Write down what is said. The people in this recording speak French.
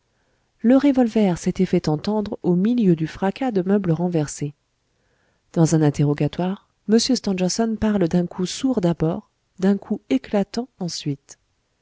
le revolver s'était fait entendre au milieu du fracas de meubles renversés dans un interrogatoire m stangerson parle d'un coup sourd d'abord d'un coup éclatant ensuite